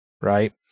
right